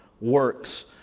works